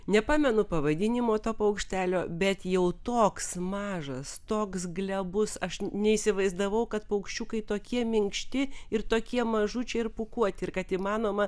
nepamenu pavadinimo to paukštelio bet jau toks mažas toks glebus aš neįsivaizdavau kad paukščiukai tokie minkšti ir tokie mažučiai ir pūkuoti ir kad įmanoma